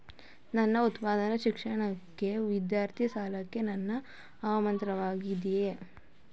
ನನ್ನ ಉನ್ನತ ಶಿಕ್ಷಣಕ್ಕಾಗಿ ವಿದ್ಯಾರ್ಥಿ ಸಾಲಕ್ಕೆ ನಾನು ಅರ್ಹನಾಗಿದ್ದೇನೆಯೇ?